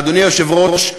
אדוני היושב-ראש,